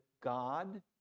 God